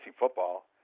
football